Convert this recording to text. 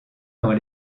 dans